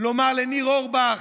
לומר לניר אורבך,